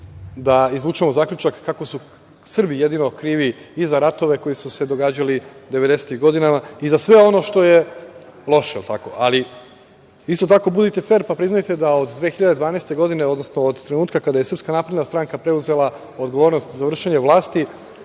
da izvučemo zaključak kako su Srbi jedino krivi i za ratove koji su se događali devedesetih godina i za sve ono što je loše, jel tako? Ali, isto tako budite fer, pa priznajte da od 2012. godine, odnosno od trenutka kada je Srpska napredna stranka preuzela odgovornost za vršenje vlasti